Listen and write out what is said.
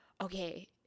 okay